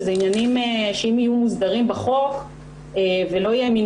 שזה עניינים שאם יהיו מוסדרים בחוק ולא יהיה מין